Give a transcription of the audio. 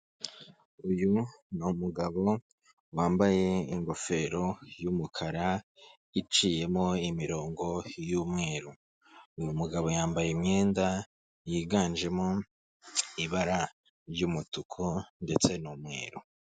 Uyu ni umugabo wambaye ingofero y'umukara iciyemo imirongo y'umweru, uyu mugabo yambaye imyenda yiganjemo ibara ry'umutuku ndetse n'umweru.